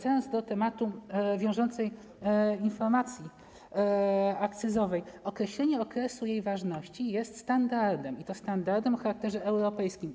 Wracając do tematu wiążącej informacji akcyzowej: określenie okresu jej ważności jest standardem, i to standardem o charakterze europejskim.